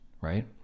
right